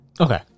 Okay